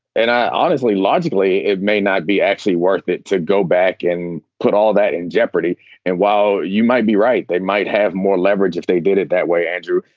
and i honestly logically, it may not be actually worth it to go back and put all that in jeopardy and while you might be right, they might have more leverage if they did it that way, andrew.